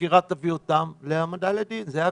החקירה תביא אותם להעמדה לדין, זה הכול.